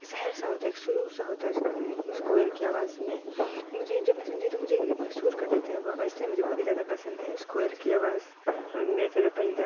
سحر سا ہوتا ہے ایک سرور سا ہوتا ہے اس کوئل کی آواز میں مجھے جب میں سنتی ہوں تو مجھے محسور کر دیتا ہے اس لئے مجھے بہت ہی زیادہ پسند ہے اس کوئل کی آواز میرا فیوریٹ پرندہ